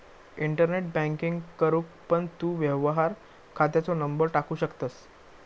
internet banking करूक पण तू व्यवहार खात्याचो नंबर टाकू शकतंस